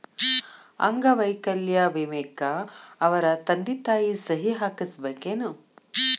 ಅಂಗ ವೈಕಲ್ಯ ವಿಮೆಕ್ಕ ಅವರ ತಂದಿ ತಾಯಿ ಸಹಿ ಹಾಕಸ್ಬೇಕೇನು?